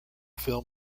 film